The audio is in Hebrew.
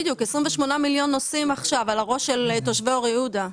מיליון נוסעים על הראש של תושבי אור יהודה.